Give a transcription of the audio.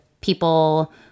people